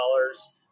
dollars